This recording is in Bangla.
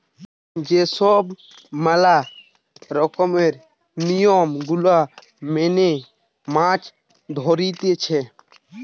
যে সব ম্যালা রকমের নিয়ম গুলা মেনে মাছ ধরতিছে